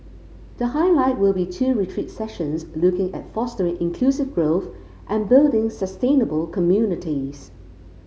the highlight will be two retreat sessions looking at fostering inclusive growth and building sustainable communities